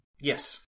Yes